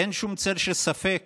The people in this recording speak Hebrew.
אין שום צל של ספק